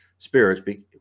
Spirits